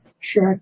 Check